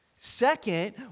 Second